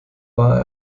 war